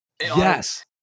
yes